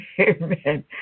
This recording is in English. amen